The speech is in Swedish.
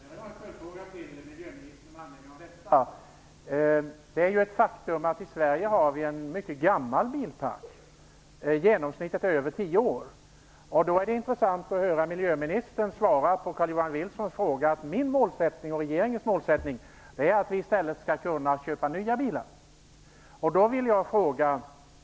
Fru talman! Jag har en följdfråga till miljöministern med anledning av det här. Det är ett faktum att vi i Sverige har en mycket gammal bilpark. Genomsnittet är över tio år. Det är intressant att höra miljöministern svara Carl-Johan Wilson att hennes och regeringens målsättning är att man i stället skall kunna köpa nya bilar.